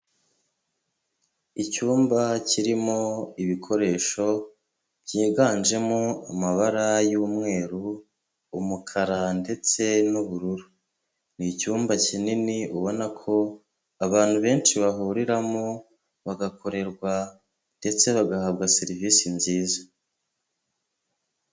Icyumba kirimo ibikoresho byiganjemo amabara y'umweru, umukara ndetse n'ubururu ni icyumba kinini ubona ko abantu benshi bahuriramo bagakorerwa ndetse bagahabwa serivisi nziza.